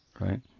right